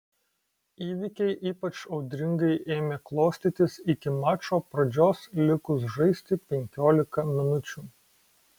įvykiai ypač audringai ėmė klostytis iki mačo pradžios likus žaisti penkiolika minučių